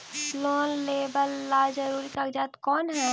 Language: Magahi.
लोन लेब ला जरूरी कागजात कोन है?